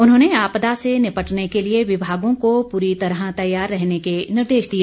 उन्होंने आपदा से निपटने के लिए विभागों को पूरी तरह तैयार रहने के निर्देश दिए